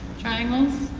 triangles?